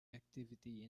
activity